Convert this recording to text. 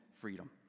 freedom